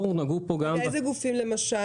אילו גופים למשל